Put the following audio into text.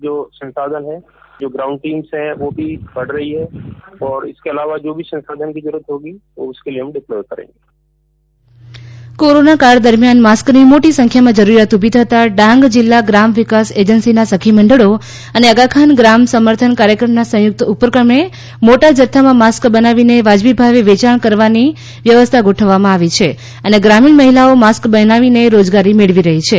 ગુર્જર ડાંગ સખી મંડળ કોરોના કાળ દરમ્યાન માસ્કની મોટી સંખ્યામાં જરૂરિયાત ઉભી થતા ડાંગ જિલ્લા ગ્રામ વિકાસ એજન્સીના સખીમંડળો અને આગાખાન ગ્રામ સમર્થન કાર્યક્રમના સંયુક્ત ઉપક્રમે મોટા જથ્થા માં માસ્ક બનાવીને વાજબી ભાવે વેચાણ વ્યવસ્થા ગોઠવવામાં આવી છે અને ગ્રામીણ મહિલાઓ માસ્ક બનાવીને રોજગારી મેળવી રહી છે